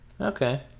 Okay